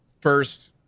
First